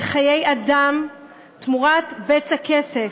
אדם תמורת בצע כסף?